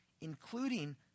including